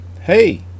Hey